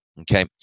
Okay